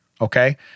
Okay